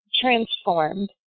transformed